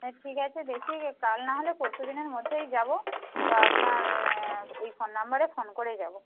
হ্যাঁ ঠিক আছে দেখি কাল না হলে পরশুদিনের মধ্যেই যাব তো আপনার এই ফোন নাম্বারে ফোন করে যাব